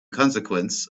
consequence